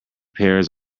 pears